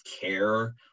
care